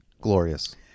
glorious